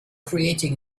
creating